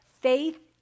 Faith